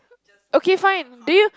okay fine do you